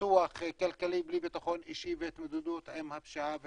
פיתוח כלכלי בלי ביטחון אישי והתמודדות עם הפשיעה והאלימות.